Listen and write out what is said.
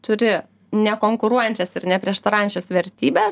turi nekonkuruojančias ir neprieštaraujančias vertybes